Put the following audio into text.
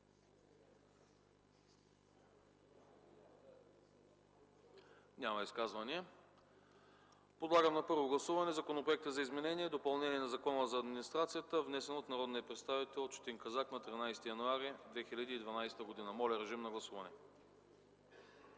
ли изказвания? Няма. Подлагам на първо гласуване Законопроекта за изменение и допълнение на Закона за администрацията, внесен от народния представител Четин Казак на 13 януари 2012 г. Гласували